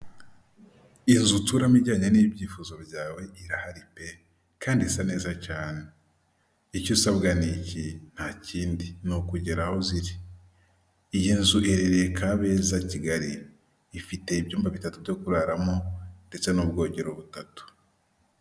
Icyumba cyagenewe gukorerwamo inama, giteguyemo intebe ndetse n'ameza akorerwaho inama, cyahuriwemo n'abantu benshi baturuka mu bihugu bitandukanye biganjemo abanyafurika ndetse n'abazungu, aho bari kuganira ku bintu bitandukanye byabahurije muri iyi nama barimo.